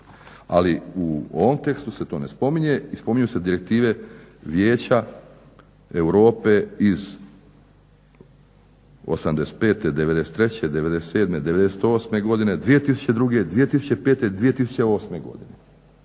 ali u ovom tekstu se to ne spominje i spominju se Direktive Vijeća Europe iz '85., '93., '97., '98.godine 2002., 2005., 2008.godine